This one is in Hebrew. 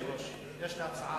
אדוני היושב-ראש, יש לי הצעה.